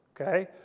Okay